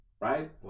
right